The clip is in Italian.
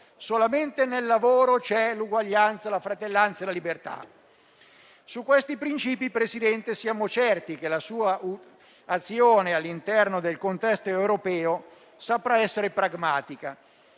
Solamente nel lavoro ci sono l'uguaglianza, la fratellanza e la libertà. Su questi principi siamo certi, Presidente, che la sua azione all'interno del contesto europeo saprà essere pragmatica.